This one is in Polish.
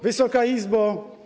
Wysoka Izbo!